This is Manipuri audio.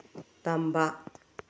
ꯇꯝꯕ